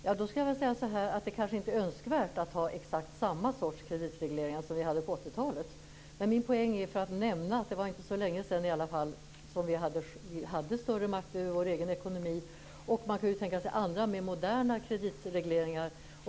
Då skulle jag vilja säga att det kanske inte är önskvärt att ha exakt samma sorts kreditregleringar som på 80 talet. Men min poäng är att jag vill nämna att det i alla fall inte är så länge sedan som vi hade större makt över vår egen ekonomi. Man kunde tänka sig andra, mer moderna, kreditregleringar.